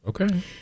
okay